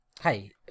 hey